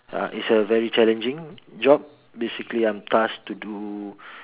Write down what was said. uh it's a very challenging job basically I'm tasked to do